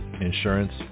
insurance